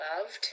loved